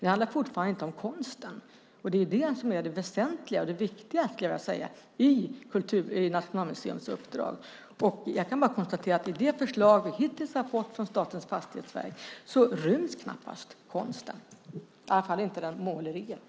Det handlar fortfarande inte om konsten. Det är det väsentliga och viktiga i Nationalmuseums uppdrag. Jag kan bara konstatera att i de förslag vi hittills har fått från Statens fastighetsverk ryms knappast konsten - i alla fall inte måleriet.